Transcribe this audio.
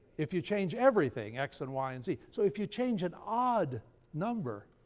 if you change everything, x and y and z. so if you change an odd number,